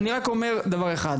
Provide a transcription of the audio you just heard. אני רק אומר דבר אחד,